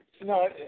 No